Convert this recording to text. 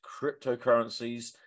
cryptocurrencies